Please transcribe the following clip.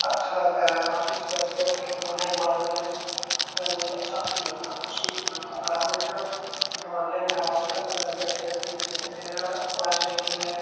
اچھا لگتا ہے کافی صبح صبح اٹھ کے دوڑنے کے بعد ہمارے ہمیں بہت اچھا فیل ہوتا ہے خوشی فیل ہوتا ہے اور ہمیں جو دوڑنے میں حوصلہ افزائی کرتی ہے جیسے میرا خواہش ہے کہ میں